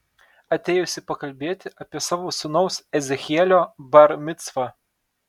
atėjusi pakalbėti apie savo sūnaus ezechielio bar micvą